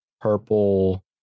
purple